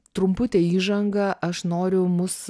trumpute įžanga aš noriu mus